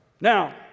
Now